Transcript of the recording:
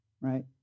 right